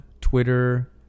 Twitter